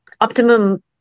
optimum